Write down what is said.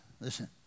listen